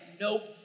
Nope